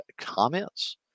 comments